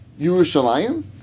Yerushalayim